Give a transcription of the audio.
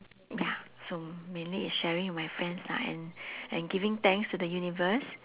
ya so mainly is sharing with my friends lah and and giving thanks to the universe